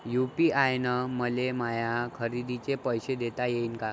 UPI न मले माया खरेदीचे पैसे देता येईन का?